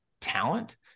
talent